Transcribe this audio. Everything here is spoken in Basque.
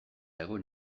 egon